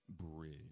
bridge